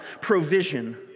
provision